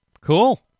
cool